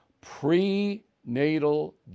prenatal